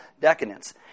decadence